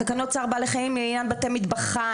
תקנות צער בעלי חיים לעניין בתי מטבחיים,